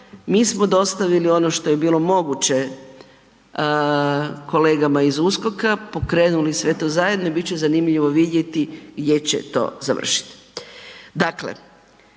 mi smo dostavili ono što je bilo moguće kolegama iz USKOK-a, pokrenuli sve to zajedno i bit će zanimljivo vidjeti gdje će to završit.